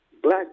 black